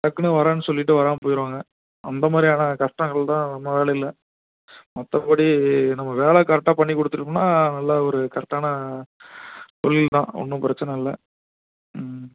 டக்குன்னு வரேன்னு சொல்லிட்டு வராமல் போய்டுவாங்க அந்த மாதிரியான கஷ்டங்கள் தான் நம்ம வேலையில மற்றபடி நம்ம வேலை கரெக்டாக பண்ணி கொடுத்துட்டோம்னா நல்ல ஒரு கரெக்டான தொழில் தான் ஒன்றும் பிரச்சனை இல்லை ம்